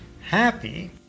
happy